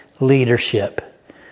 leadership